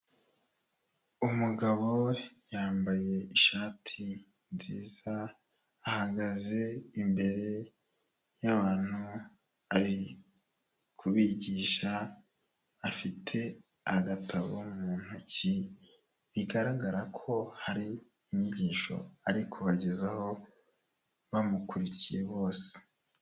Umugabo yambaye ishati nziza, ahagaze imbere y'abantu ari kubigisha, afite agatabo mu ntoki, bigaragara ko hari inyigisho ari kubagezaho, bamukurikiye bose.